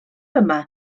yma